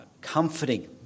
comforting